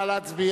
מי נמנע?